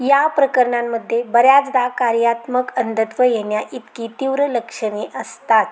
या प्रकरणांमध्ये बऱ्याचदा कार्यात्मक अंधत्व येण्याइतकी तीव्र लक्षणे असतात